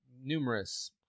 numerous